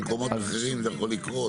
במקומות אחרים זה יכול לקרות.